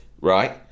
right